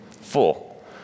full